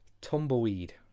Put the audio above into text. tumbleweed